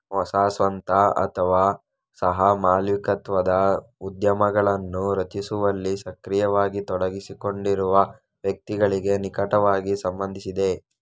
ಹೊಸ ಸ್ವಂತ ಅಥವಾ ಸಹ ಮಾಲೀಕತ್ವದ ಉದ್ಯಮಗಳನ್ನು ರಚಿಸುವಲ್ಲಿ ಸಕ್ರಿಯವಾಗಿ ತೊಡಗಿಸಿಕೊಂಡಿರುವ ವ್ಯಕ್ತಿಗಳಿಗೆ ನಿಕಟವಾಗಿ ಸಂಬಂಧಿಸಿದೆ